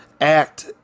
act